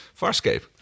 Farscape